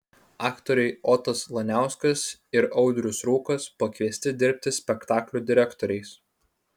aktoriai otas laniauskas ir audrius rūkas pakviesti dirbti spektaklių direktoriais